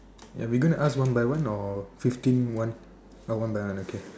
are we going to ask one by one or fifteen one oh one by one okay